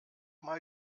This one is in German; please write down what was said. mal